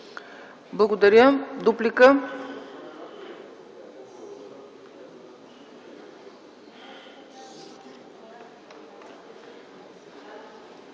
Благодаря. Дуплика.